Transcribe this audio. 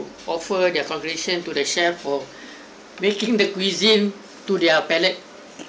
offer their congratulations to the chef for making the cuisine to their palate